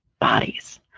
bodies